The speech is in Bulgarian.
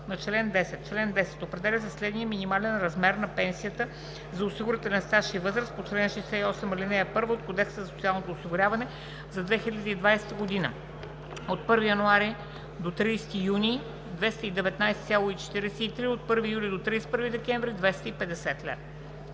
на чл. 10: „Чл. 10. Определя се следният минимален размер на пенсията за осигурителен стаж и възраст по чл. 68, ал. 1 от Кодекса за социално осигуряване за 2020 г.: 1. от 1 януари до 30 юни – 219,43 лв.; 2. от 1 юли до 31 декември – 250 лв.“